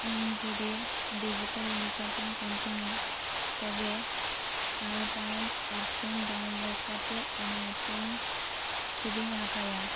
ᱤᱧ ᱡᱩᱫᱤ ᱰᱤᱡᱤᱴᱟᱞ ᱞᱮᱠᱟᱛᱮᱧ ᱯᱮᱱᱴᱤᱝᱼᱟ ᱛᱚᱵᱮ ᱯᱟᱣᱟᱨ ᱯᱚᱭᱮᱸᱴ ᱮᱯᱥ ᱤᱧ ᱰᱟᱣᱩᱱ ᱞᱳᱰ ᱠᱟᱛᱮᱫ ᱚᱱᱟ ᱮᱯᱥ ᱨᱮᱧ ᱪᱷᱚᱵᱤᱧ ᱟᱸᱠᱟᱣᱟ